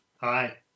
Hi